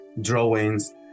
drawings